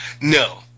No